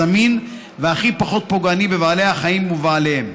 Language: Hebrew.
זמין והכי פחות פוגעני בבעלי החיים ובבעליהם.